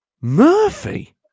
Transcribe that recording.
Murphy